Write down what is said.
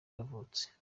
yavutse